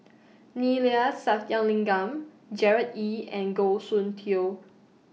Neila Sathyalingam Gerard Ee and Goh Soon Tioe